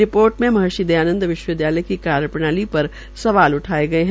report में महर्षि दयानंद विश्वविद्यालय की कार्यप्रणाली पर सवाल उठाये गये है